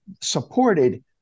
supported